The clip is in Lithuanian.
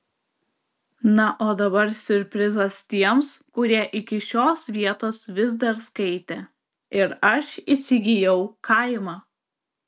na o dabar siurprizas tiems kurie iki šios vietos vis dar skaitė ir aš įsigijau kaimą